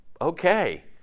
Okay